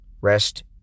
Rest